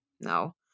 No